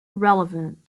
relevant